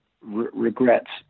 Regrets